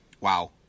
Wow